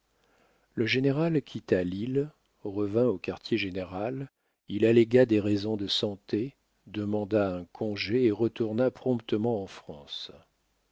le général quitta l'île revint au quartier-général il allégua des raisons de santé demanda un congé et retourna promptement en france